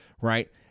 Right